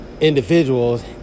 individuals